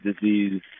disease